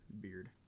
beard